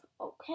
okay